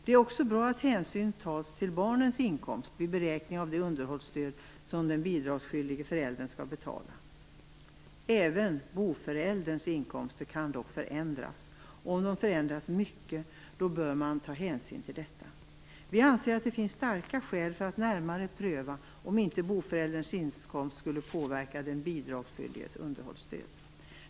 Det är också bra att hänsyn tas till barnens inkomst vid beräkning av det underhållsstöd som den bidragsskyldige föräldern skall betala. Även boförälderns inkomster kan dock förändras, och om de förändras mycket bör man ta hänsyn till detta. Vi anser att det finns starka skäl för att närmare pröva om inte boförälderns inkomst skulle påverka den bidragsskyldiges underhållsstöd.